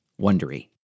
wondery